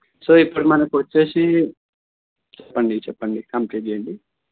so ఇప్పుడు మనకు వచ్చి చెప్పండి చెప్పండి కంప్లీట్ చేయండి